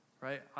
right